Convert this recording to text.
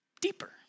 deeper